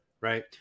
Right